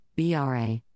BRA